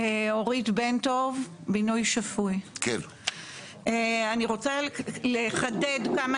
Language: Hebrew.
אורית בנטוב בינוי שפוי, אני רוצה לחדד כמה